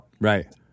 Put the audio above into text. Right